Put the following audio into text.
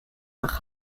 nach